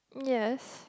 yes